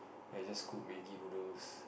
ya just cook maggi noodles